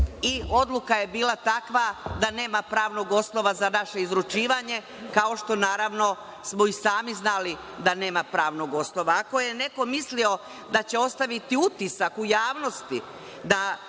i odluka je bila takva da nema pravnog osnova za naše izručivanje, kao što smo i sami znali da nema pravnog osnova. Ako je neko mislio da će ostaviti utisak u javnosti